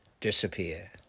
disappear